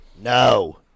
No